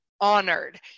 honored